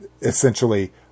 essentially